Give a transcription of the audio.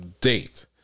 date